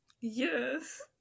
Yes